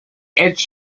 its